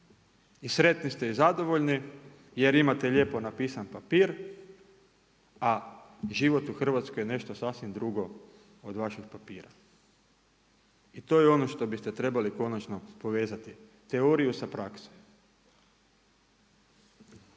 i sretni ste i zadovoljni jer imate lijepo napisani papir, a život u Hrvatskoj je nešto sasvim drugo od vašeg papira. I to je ono što biste trebali konačno povezati. Teoriju sa praksom.